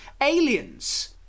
aliens